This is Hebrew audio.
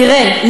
תראה,